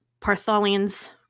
Partholian's